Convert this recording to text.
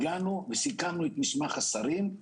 סיכמנו את מסמך השרים,